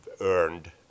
earned